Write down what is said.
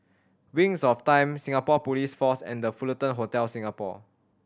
Wings of Time Singapore Police Force and The Fullerton Hotel Singapore